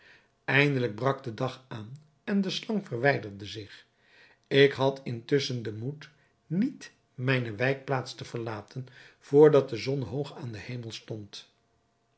eindelijk brak de dag aan en de slang verwijderde zich ik had intusschen den moed niet mijne wijkplaats te verlaten vr dat de zon hoog aan den hemel stond